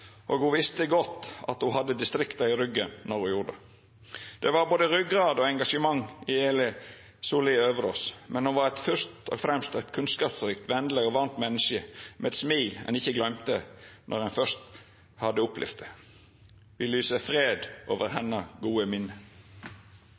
og ho visste godt at ho hadde distrikta i ryggen når ho gjorde det. Det var både ryggrad og engasjement i Eli Sollied Øverås, men ho var fyrst og fremst eit kunnskapsrikt, vennleg og varmt menneske, med eit smil ein ikkje gløymte når ein fyrst hadde opplevd det. Vi lyser fred over